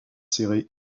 serrées